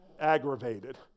aggravated